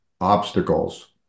obstacles